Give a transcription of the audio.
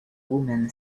woman